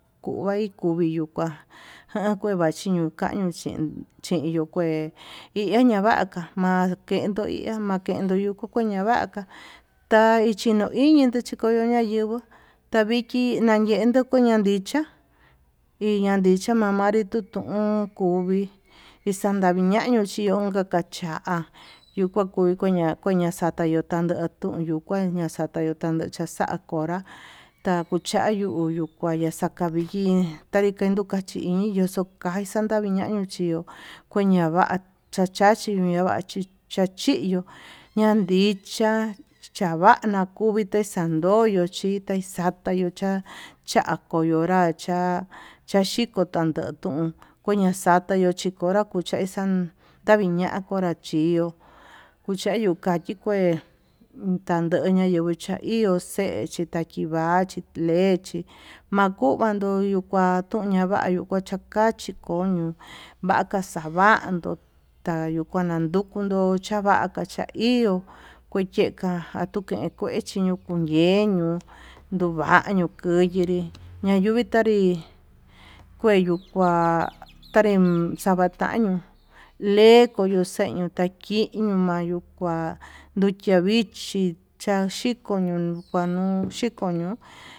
Kuvai kuyuu yuu kua jan kuevachiño kañuu chí chinyuu kué, iha ñavaka ma'a makendo iha makendu kuñaña va'a ta'a ichi ño'o iñii chikoño yinguó taviki nayendu kunandichá iaña ndicha mamanrí tutón, kuvii ixan ndañiñañio chió onka kacha'a yuu kua kui kuña kuañaxata tayendu yuu kuá ñaxata ñitandaxo cha'a konrá, ta'a kuchayu ma'a xakavii vikii tanri yuka kachin yuu xokai xatan tiñañu chió kueña va'a chachachí ñuñavachí xiyuu yandichá chava'a nakuvi chandoyo chí taixata yuu cha'a, cha'a konroya cha'a chaxhiko tandon tuun koñaxatu yuu chikonra kuchaixán taviña konrá chió kuchayio kachi kué tandoña kuchu chaío xe'e, chikachivachi lechii makuu yayuntu kua tuu ñavayu kua chakachí kono vaka xavando tayukua nadukunu cha'a kuaka cha'a ihó kuyeka ayuu kue kuechiño kundeñu ñuu vañuu kuu yenri ñavii tanrí kueyuu kua tanre xavataño lekoñuxeño takiño ma'a yuu kuan nduchia vichí chaxhiko ño'o kuañu xhiko ño'o.